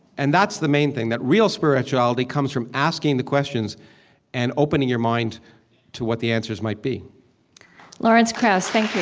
and that's the main thing that real spirituality comes from asking the questions and opening your mind to what the answers might be lawrence krauss, thank